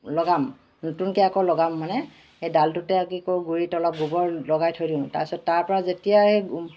লগাম নতুনকৈ আকৌ লগাম মানে সেই ডালটোতে কি কৰোঁ গুড়িত অলপ গোবৰ লগাই থৈ দিওঁ তাৰপিছত তাৰপৰা যেতিয়াই